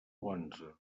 onze